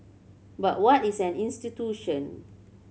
but what is an institution